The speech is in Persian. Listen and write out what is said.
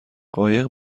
قایق